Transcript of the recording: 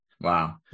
Wow